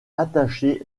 attaché